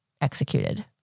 executed